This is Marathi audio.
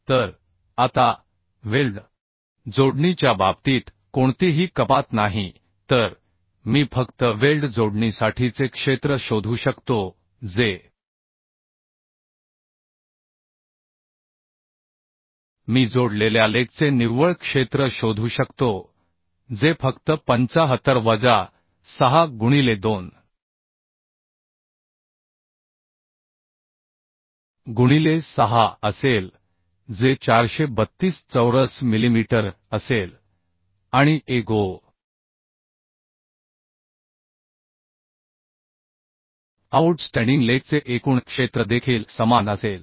तर आता वेल्ड जोडणीच्या बाबतीत कोणतीही कपात नाही तर मी फक्त वेल्ड जोडणीसाठीचे क्षेत्र शोधू शकतो जे मी जोडलेल्या लेगचे निव्वळ क्षेत्र शोधू शकतो जे फक्त 75 वजा 6 गुणिले 2 गुणिले 6 असेल जे 432 चौरस मिलिमीटर असेल आणि Ago आऊटस्टँडिंग लेगचे एकूण क्षेत्र देखील समान असेल